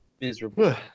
Miserable